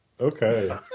Okay